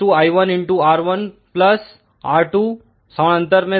Z0 V2 I1R2